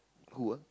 who ah